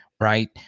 Right